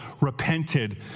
repented